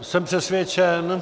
Jsem přesvědčen...